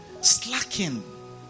slacking